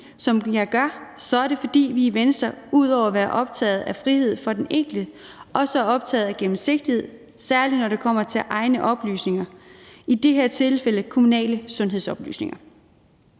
som jeg gør, er det, fordi vi i Venstre ud over at være optaget af frihed for den enkelte også er optaget af gennemsigtighed, særlig når det kommer til egne oplysninger – i de her tilfælde kommunale sundhedsoplysninger.